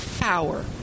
power